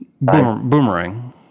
Boomerang